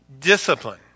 discipline